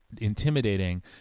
intimidating